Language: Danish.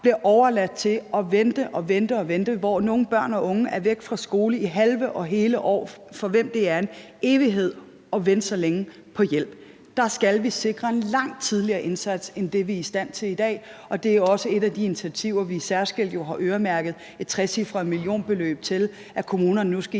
bliver overladt til at vente og vente; nogle børn og unge, for hvem det er en evighed at vente så længe på hjælp, er væk fra skolen i halve og hele år. Der skal vi sikre en langt tidligere indsats end det, vi er i stand til i dag, og det er også et af de initiativer, som vi jo særskilt har øremærket et trecifret millionbeløb til, nemlig at kommunerne nu skal